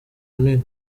runini